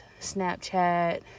snapchat